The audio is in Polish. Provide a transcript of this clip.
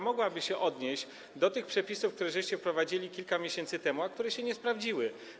Mogłaby się ona odnieść do tych przepisów, które wprowadziliście kilka miesięcy temu, a które się nie sprawdziły.